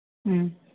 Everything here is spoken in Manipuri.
ꯎꯝ